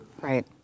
Right